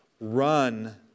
Run